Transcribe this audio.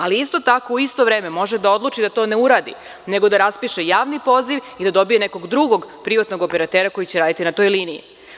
Ali, isto tako, u isto vreme, može da odluči da to ne uradi, nego da raspiše javni poziv i da dobije nekog drugog privatnog operatera koji će raditi na toj liniji.